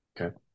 okay